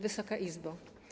Wysoka Izbo!